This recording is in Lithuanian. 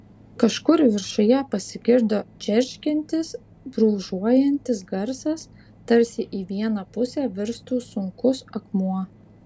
kažkur viršuje pasigirdo džeržgiantis brūžuojantis garsas tarsi į vieną pusę virstų sunkus akmuo